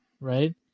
right